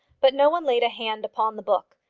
but no one laid a hand upon the book.